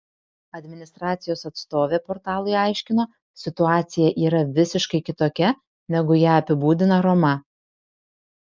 administracijos atstovė portalui aiškino situacija yra visiškai kitokia negu ją apibūdina roma